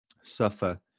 suffer